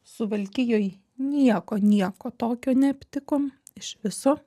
suvalkijoj nieko nieko tokio neaptikom iš viso